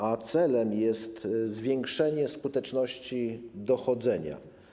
A celem jest zwiększenie skuteczności dochodzenia.